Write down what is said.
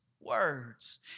words